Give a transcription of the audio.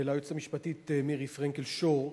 וליועצת המשפטית מירי פרנקל-שור,